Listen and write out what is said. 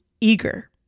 eager